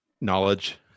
knowledge